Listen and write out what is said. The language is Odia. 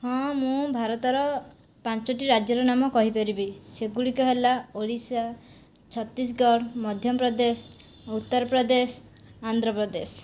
ହଁ ମୁଁ ଭାରତର ପାଞ୍ଚଟି ରାଜ୍ୟର ନାମ କହିପାରିବି ସେଗୁଡ଼ିକ ହେଲା ଓଡ଼ିଶା ଛତିଶଗଡ଼ ମଧ୍ୟପ୍ରଦେଶ ଉତ୍ତରପ୍ରଦେଶ ଆନ୍ଧ୍ରପ୍ରଦେଶ